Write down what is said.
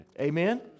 Amen